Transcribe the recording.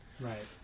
Right